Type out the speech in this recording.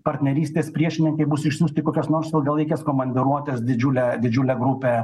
partnerystės priešininkai bus išsiųsti į kokias nors ilgalaikes komandiruotes didžiulė didžiulė grupė